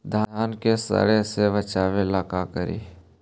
धान के सड़े से बचाबे ला का करि?